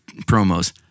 promos